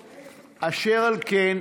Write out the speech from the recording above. אשר על כן,